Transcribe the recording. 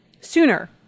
sooner